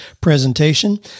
presentation